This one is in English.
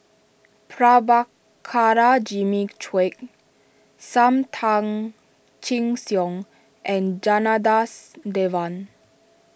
Prabhakara Jimmy Quek Sam Tan Chin Siong and Janadas Devan